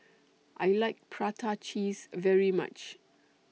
I like Prata Cheese very much